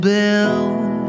Build